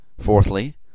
Fourthly